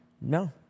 No